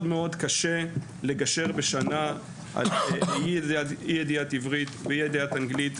קשה מאוד לגשר בשנה על אי-ידיעת עברית ואי-ידיעת אנגלית,